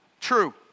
True